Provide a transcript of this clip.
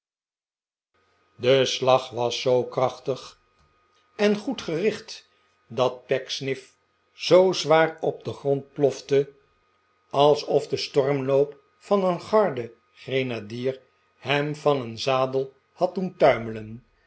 de oude heer de val van pecksniff richt dat pecksniff zoo zwaar op den grond plofte alsof de stormloop van een gardegrenadier hem van een zadel had doen tuimelen